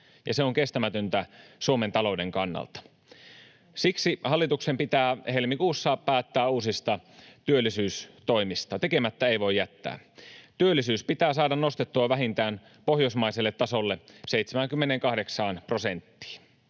se on kestämätöntä Suomen talouden kannalta. Siksi hallituksen pitää helmikuussa päättää uusista työllisyystoimista. Tekemättä ei voi jättää. Työllisyys pitää saada nostettua vähintään pohjoismaiselle tasolle 78 prosenttiin.